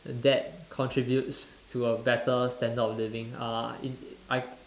that contributes to a better standard of living uh in I